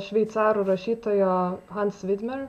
šveicarų rašytojo hans vidmer